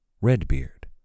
Redbeard